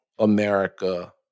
America